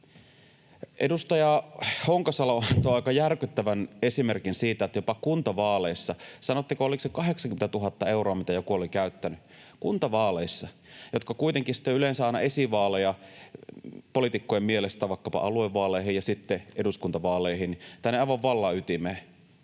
Edustaja Honkasalo toi aika järkyttävän esimerkin jopa kuntavaaleista. Sanoitteko, oliko se 80 000 euroa, mitä joku oli käyttänyt kuntavaaleissa, jotka kuitenkin sitten ovat yleensä aina poliitikkojen mielestä esivaaleja vaikkapa aluevaaleihin ja sitten eduskuntavaaleihin, tänne aivan vallan ytimeen?